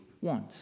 want